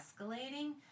escalating